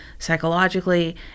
psychologically